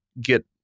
get